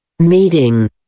Meeting